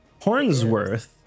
Hornsworth